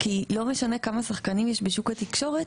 כי לא משנה כמה שחקנים יש בשוק התקשורת,